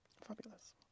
Fabulous